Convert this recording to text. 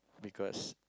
because